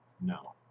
No